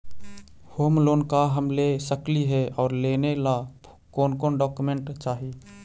Home loan का हम ले सकली हे, और लेने ला कोन कोन डोकोमेंट चाही?